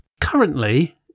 Currently